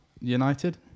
United